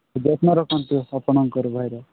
ଯତ୍ନ ରଖନ୍ତୁ ଆପଣଙ୍କର ଭାଇର